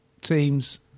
teams